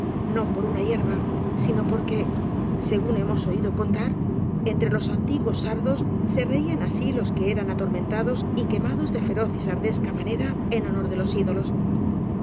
no por una hierba sino porque según hemos oído contar entre los antiguos sar dos se reían así los que eran atormentados y que mados de feroz y sardesca manera en honor de los ídolos